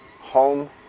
home